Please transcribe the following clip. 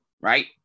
right